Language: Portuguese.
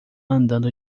andando